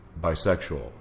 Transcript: bisexual